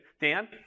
Dan